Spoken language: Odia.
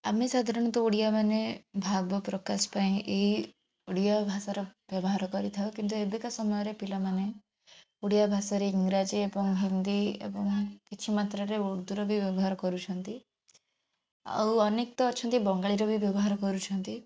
ଆମେ ସାଧାରଣତଃ ଓଡ଼ିଆମାନେ ଭାବ ପ୍ରକାଶ ପାଇଁ ଏହି ଓଡ଼ିଆ ଭାଷାର ବ୍ୟବହାର କରିଥାଉ କିନ୍ତୁ ଏବେ କା ସମୟରେ ପିଲାମାନେ ଓଡ଼ିଆ ଭାଷାରେ ଇଂରାଜୀ ଏବଂ ହିନ୍ଦୀ ଏବଂ କିଛି ମାତ୍ରାରେ ଉର୍ଦ୍ଧୁର ବି ବ୍ୟବହାର କରୁଛନ୍ତି ଆଉ ଅନେକ ତ ଅଛନ୍ତି ବଙ୍ଗାଳୀର ବି ବ୍ୟବହାର କରୁଛନ୍ତି